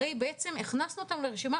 הרי בעצם הכנסנו אותן לרשימה,